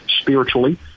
spiritually